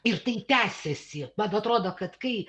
ir tai tęsiasi vat atrodo kad kai